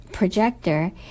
projector